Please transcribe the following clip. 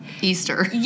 Easter